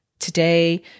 today